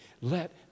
Let